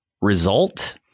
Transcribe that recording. result